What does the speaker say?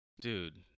dude